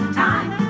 time